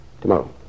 Tomorrow